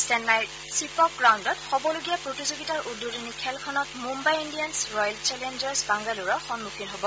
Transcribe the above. চেন্নাইৰ চিপক গ্ৰাউণ্ডত হবলগীয়া প্ৰতিযোগিতাৰ উদ্বোধনী খেলখনত মুয়াই ইণ্ডিয়ানচ ৰয়েল চেলেঞ্জাৰ্ছ বাংগালোৰৰ সন্মুখীন হ'ব